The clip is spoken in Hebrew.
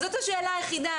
זאת השאלה היחידה,